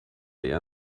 eher